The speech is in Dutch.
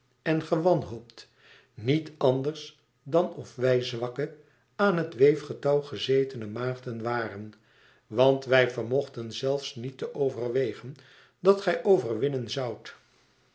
en gewanhoopt niet anders dan of wij zwakke aan het weefgetouw gezetene maagden waren want wij vermochten zelfs niet te overwegen dat gij overwinnen zoudt